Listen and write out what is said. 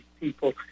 people